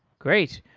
great.